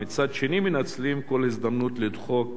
ומצד שני מנצלים כל הזדמנות לדחוק